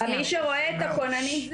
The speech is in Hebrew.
מי שרואה את הכוננים,